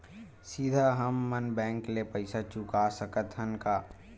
सीधा हम मन बैंक ले पईसा चुका सकत हन का?